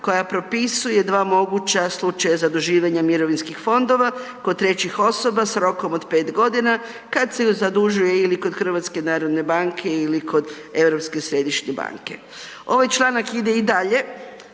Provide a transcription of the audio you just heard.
koja propisuje dva moguća slučaja zaduživanja mirovinskih fondova kod trećih osoba s rokom od 5.g. kad se ju zadužuje ili kod HNB-a ili kod Europske središnje banke. Ovaj članak ide i dalje,